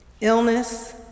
Illness